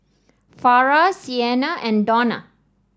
Farrah Sienna and Donna